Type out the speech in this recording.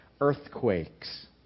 earthquakes